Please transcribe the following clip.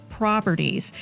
properties